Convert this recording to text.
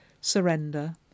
surrender